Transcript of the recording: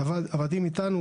הוועדים איתנו,